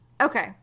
Okay